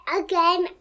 again